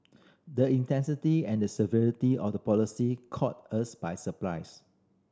the intensity and the severity of the policies caught us by surprise